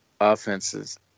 offenses